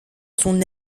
son